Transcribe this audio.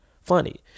funny